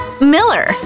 Miller